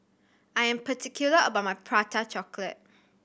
I am particular about my Prata Chocolate